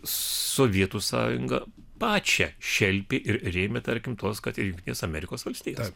sovietų sąjungą pačią šelpė ir rėmė tarkim tos kad ir jungtinės amerikos valstijos